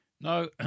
No